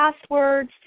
passwords